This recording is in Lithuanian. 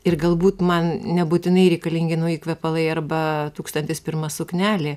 ir galbūt man nebūtinai reikalingi nauji kvepalai arba tūkstantis pirma suknelė